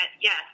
yes